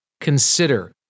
consider